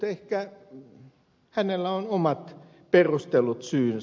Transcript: ehkä hänellä on omat perustellut syynsä